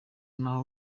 naho